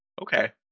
Okay